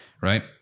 Right